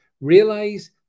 realize